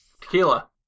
Tequila